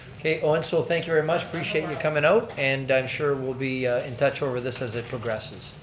okay owen, so thank you very much, appreciate and you comin' out, and i'm sure we'll be in touch over this as it progresses.